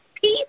peace